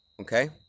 Okay